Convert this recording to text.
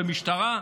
ומשטרה?